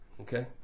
Okay